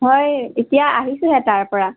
হয় এতিয়া আহিছেহে তাৰ পৰা